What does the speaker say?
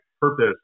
purpose